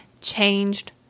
changed